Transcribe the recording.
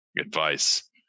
advice